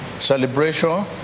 celebration